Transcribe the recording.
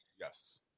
Yes